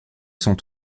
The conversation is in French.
sont